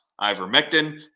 ivermectin